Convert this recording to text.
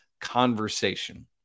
conversation